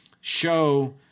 show